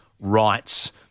rights